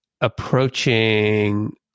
approaching